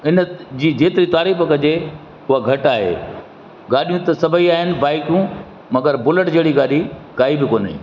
इन जी जेतिरी तारीफ़ कजे हूअ घटि आहे गाॾियूं त सभई आहिनि बाइकू मगरि बुलेट जहिड़ी गाॾी काई बि कोन्हे